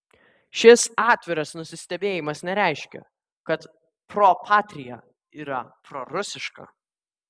šis atviras nusistebėjimas nereiškia kad pro patria yra prorusiška